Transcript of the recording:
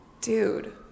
Dude